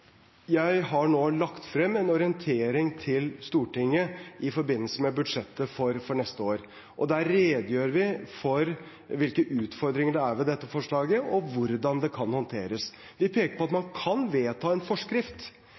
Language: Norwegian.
Jeg har nå lagt frem en orientering til Stortinget i forbindelse med budsjettet for neste år. Der redegjør vi for hvilke utfordringer det er ved dette forslaget, og hvordan de kan håndteres. Vi peker på at vi kan vedta en forskrift.